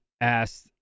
asked